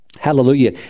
Hallelujah